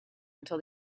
until